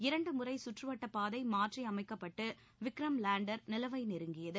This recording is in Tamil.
இரண்டுமுறை சுற்றுவட்டப்பாதை மாற்றி அமைக்கப்பட்டு விக்ரம் லேண்டர் நிலவை நெருங்கியது